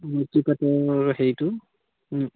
হেৰিটো